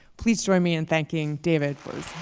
please join me in thanking david